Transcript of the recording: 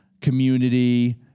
community